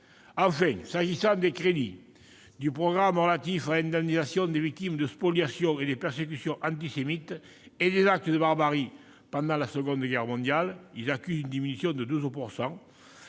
Enfin, s'agissant des crédits du programme relatif à l'indemnisation des victimes des spoliations et persécutions antisémites et des actes de barbarie pendant la Seconde Guerre mondiale, ils accusent une diminution de 12 %.